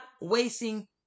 wasting